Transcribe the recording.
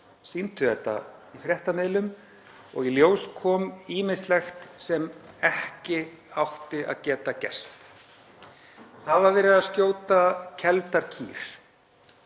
sýndu þetta í fréttamiðlum. Í ljós kom ýmislegt sem ekki átti að geta gerst. Það var verið að skjóta kelfdar kýr.